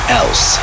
else